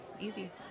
easy